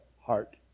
heart